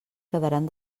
quedaran